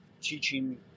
teaching